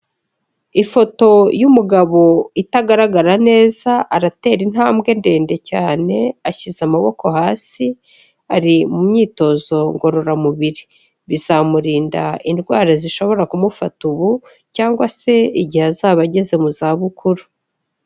Ifoto y'umugabo itagaragara neza aratera intambwe ndende cyane, ashyize amaboko hasi ari mu myitozo ngororamubiri. Bizamurinda indwara zishobora kumufata ubu, cyangwa se igihe azaba ageze mu zabukuru.